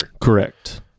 correct